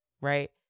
right